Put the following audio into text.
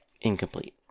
incomplete